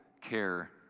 care